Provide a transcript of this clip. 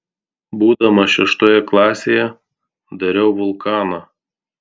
būdamas šeštoje klasėje dariau vulkaną